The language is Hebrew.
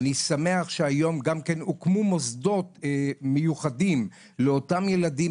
אני שמח שהיום הוקמו מוסדות מיוחדים לאותם ילדים,